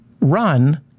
run